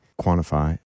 quantify